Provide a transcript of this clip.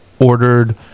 ordered